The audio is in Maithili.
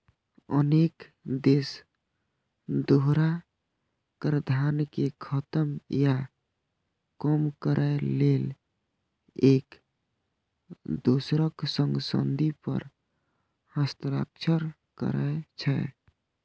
अनेक देश दोहरा कराधान कें खत्म या कम करै लेल एक दोसरक संग संधि पर हस्ताक्षर करै छै